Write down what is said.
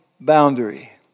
boundary